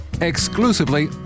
exclusively